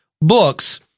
books